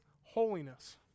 holiness